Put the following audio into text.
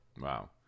Wow